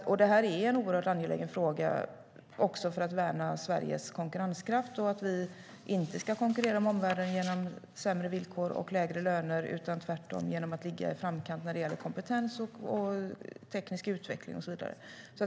Det här är en oerhört angelägen fråga också för att värna Sveriges konkurrenskraft. Vi ska inte konkurrera med omvärlden genom sämre villkor och lägre löner utan tvärtom genom att ligga i framkant när det gäller kompetens, teknisk utveckling och så vidare.